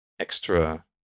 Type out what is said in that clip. extra